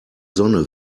sonne